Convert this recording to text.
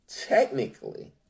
technically